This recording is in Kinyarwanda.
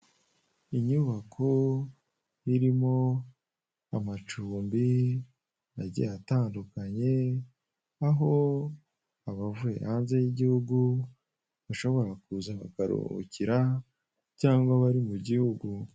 Inyubako irimo amacumbi agiye atandukanye aho abavuye hanze y'gihugu bashobora kuza bakuruhukira cyangwa abari mu gihugu.